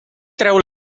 treu